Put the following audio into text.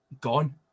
gone